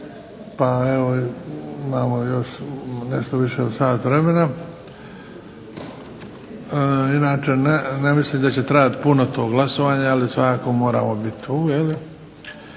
pa evo imamo još nešto više od sat vremena. Inače ne mislim da će trajat puno to glasovanje, ali svakako moramo biti tu.